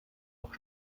noch